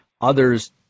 others